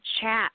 chat